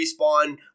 Respawn